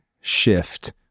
shift